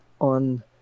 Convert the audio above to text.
on